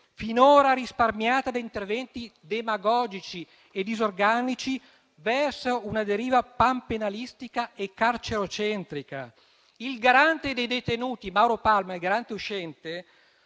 finora risparmiata da interventi demagogici e disorganici, verso una deriva panpenalistica e carcerocentrica. Il garante uscente dei detenuti Mauro Palma, al quale abbiamo